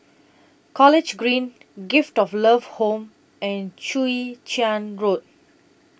College Green Gift of Love Home and Chwee Chian Road